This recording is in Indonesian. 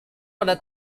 pada